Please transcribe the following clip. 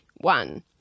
One